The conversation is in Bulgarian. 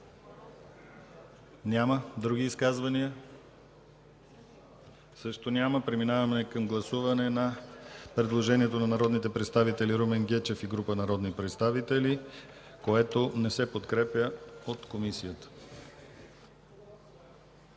Няма. Други изказвания? Също няма. Преминаваме към гласуване на предложението на народния представител Румен Гечев и група народни представители, което не се подкрепя от Комисията.